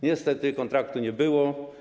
Niestety, kontraktu nie było.